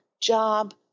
job